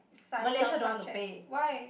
sign their contract why